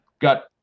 got